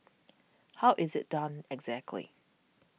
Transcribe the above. how is it done exactly